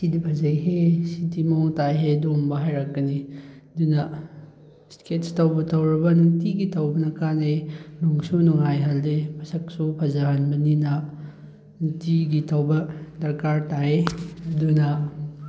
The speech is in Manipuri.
ꯁꯤꯗꯤ ꯐꯖꯩꯍꯦ ꯁꯤꯗꯤ ꯃꯑꯣꯡ ꯇꯥꯏꯍꯦ ꯑꯗꯨꯒꯨꯝꯕ ꯍꯥꯏꯔꯛꯀꯅꯤ ꯑꯗꯨꯅ ꯏꯁꯀꯦꯠꯁ ꯇꯧꯕꯨ ꯇꯧꯔꯕ ꯅꯨꯡꯇꯤꯒꯤ ꯇꯧꯕꯅ ꯀꯥꯟꯅꯩ ꯅꯨꯡꯁꯨ ꯅꯨꯡꯉꯥꯏꯍꯜꯂꯤ ꯃꯁꯛꯁꯨ ꯐꯖꯍꯟꯕꯅꯤꯅ ꯅꯨꯡꯇꯤꯒꯤ ꯇꯧꯕ ꯗꯔꯀꯥꯔ ꯇꯥꯏ ꯑꯗꯨꯅ